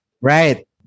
Right